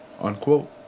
Unquote